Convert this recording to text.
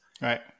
Right